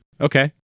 Okay